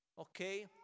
okay